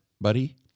buddy